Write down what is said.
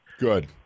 Good